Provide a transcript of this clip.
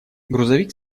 грузовик